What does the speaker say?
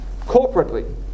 corporately